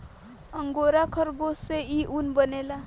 angora खरगोश से इ ऊन बनेला